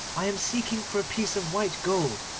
i am seeking for a piece of white gold,